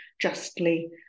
justly